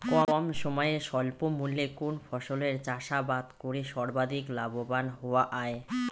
কম সময়ে স্বল্প মূল্যে কোন ফসলের চাষাবাদ করে সর্বাধিক লাভবান হওয়া য়ায়?